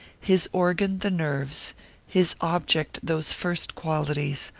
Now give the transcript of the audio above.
his organ the nerves his object those first qualities,